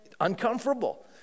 uncomfortable